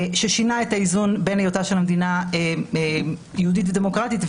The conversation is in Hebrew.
ששינה את האיזון בין היותה של המדינה יהודית ודמוקרטית,